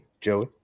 Joey